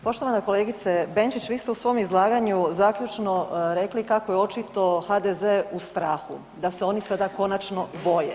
Poštovana kolegice Benčić vi ste u svom izlaganju zaključno rekli kako je očito HDZ-e u strahu, da se oni sada konačno boje.